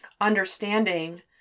understanding